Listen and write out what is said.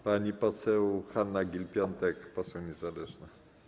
Pani poseł Hanna Gill-Piątek, poseł niezależna.